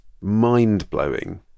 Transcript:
mind-blowing